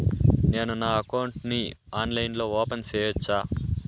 నేను నా అకౌంట్ ని ఆన్లైన్ లో ఓపెన్ సేయొచ్చా?